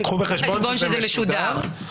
קחו בחשבון שזה משודר,